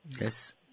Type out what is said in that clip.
Yes